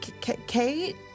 Kate